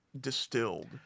distilled